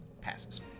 Passes